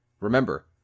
Remember